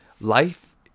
life